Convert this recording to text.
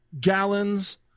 gallons